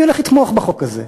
אני הולך לתמוך בחוק הזה,